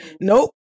Nope